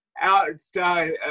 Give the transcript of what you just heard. outside